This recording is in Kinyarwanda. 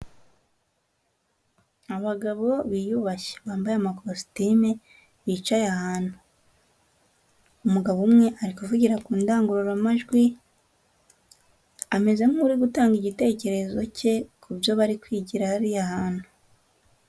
Abagabo biyubashye bambaye amakositime bicaye ahantu. Umugabo umwe ari kuvugira ku ndangururamajwi, ameze nk'urigutanga igitekerezo cye ku byo bari kwigira hariya hantu.